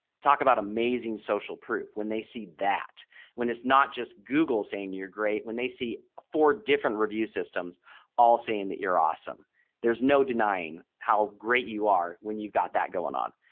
talk about amazing social proof. when they see that when it's not just google saying you're great when they see four different review systems all saying that you're awesome there's no denying how great you are when you've got that going on.